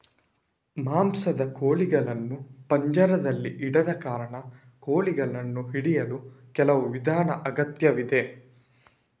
ಮಾಂಸದ ಕೋಳಿಗಳನ್ನು ಪಂಜರದಲ್ಲಿ ಇಡದ ಕಾರಣ, ಕೋಳಿಗಳನ್ನು ಹಿಡಿಯಲು ಕೆಲವು ವಿಧಾನದ ಅಗತ್ಯವಿದೆ